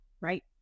Right